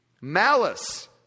malice